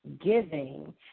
giving